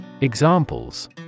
Examples